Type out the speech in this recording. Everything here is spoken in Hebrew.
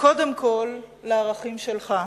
קודם כול לערכים שלך,